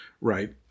Right